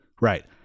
right